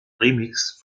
remix